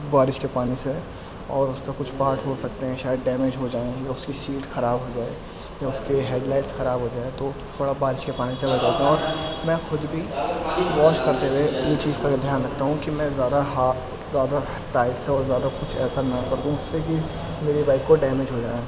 بارش کے پانی سے اور اس کا کچھ پاٹ ہو سکتے ہیں شاید ڈیمیج ہو جائیں یا اس کی سیٹ خراب ہو جائے یا اس کی ہیڈ لائٹس خراب ہو جائے تو تھوڑا بارش کے پانی سے بچاتا ہوں اور میں خود بھی واش کرتے ہوئے ان چیز کا دھیان رکھتا ہوں کہ میں زیادہ ہا زیادہ ٹائٹ سے اور زیادہ کچھ ایسا نہ کر دوں اس سے کہ میرے بائیک کو ڈیمیج ہو جائے